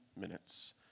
minutes